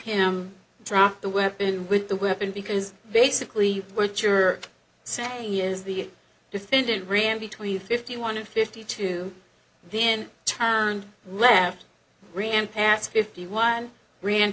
him drop the weapon with the weapon because basically what you're saying is the defendant ran between fifty one and fifty two then turned left ran past fifty one ran